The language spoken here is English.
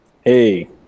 Hey